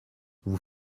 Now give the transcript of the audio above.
vous